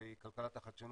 שהיא כלכלת החדשנות,